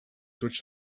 which